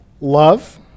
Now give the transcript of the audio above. love